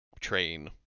train